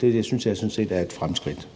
det synes jeg sådan set er et fremskridt.